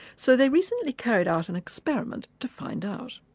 so they recently carried out an experiment to find out.